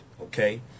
Okay